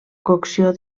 cocció